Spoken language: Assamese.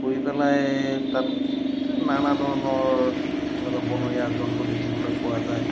ফুৰি পেলাই তাত নানা ধৰণৰ এনেকুৱা বনৰীয়া জন্তু দেখিবলৈ পোৱা যায়